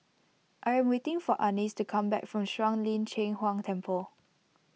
I am waiting for Annis to come back from Shuang Lin Cheng Huang Temple